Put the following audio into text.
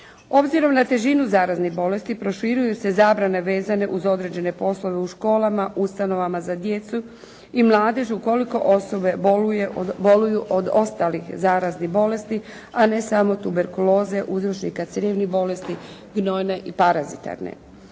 Obzirom na težinu zaraznih bolesti proširuju se zabrane vezane uz određene poslove u školama, ustanovama za djecu i mladež ukoliko osobe boluju od ostalih zaraznih bolesti, a ne samo tuberkuloze, uzročnika crijevnih bolesti, gnojne i parazitarne.